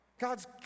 God's